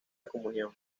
comunión